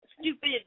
stupid